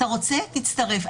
אתה רוצה תצטרף.